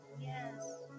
yes